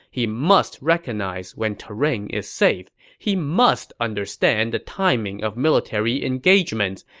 he must recognize when terrain is safe. he must understand the timing of military engagements.